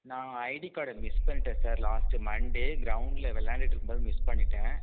நான் ஐடி கார்டை மிஸ் பண்ணிட்டேன் சார் லாஸ்ட் மண்டே கிரவுண்டில் விளையாண்டுகிட்டு இருக்கும்போது மிஸ் பண்ணிட்டேன்